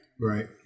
Right